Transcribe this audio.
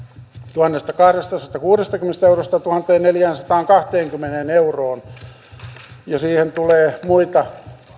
tuhannestakahdestasadastakuudestakymmenestä eurosta tuhanteenneljäänsataankahteenkymmeneen euroon ja siihen tulee muita